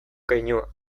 keinua